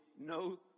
no